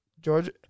Georgia